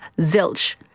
zilch